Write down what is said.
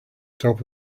top